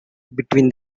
between